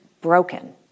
broken